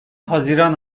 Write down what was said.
haziran